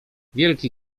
wielki